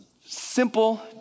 simple